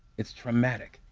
it's traumatic,